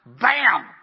bam